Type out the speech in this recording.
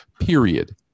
Period